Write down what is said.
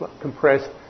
compressed